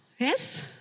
Yes